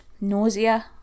nausea